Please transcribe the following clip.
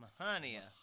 Mahania